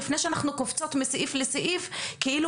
לפניי שאנחנו קופצות מסעיף לסעיף כאילו